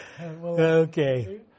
Okay